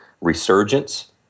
resurgence